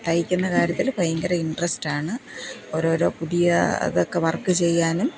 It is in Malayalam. തയ്ക്കുന്ന കാര്യത്തിൽ ഭയങ്കര ഇന്ട്രെസ്റ്റ് ആണ് ഓരോരോ പുതിയ ഇതൊക്കെ വര്ക്ക് ചെയ്യാനും